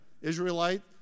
Israelite